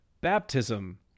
baptism